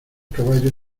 caballo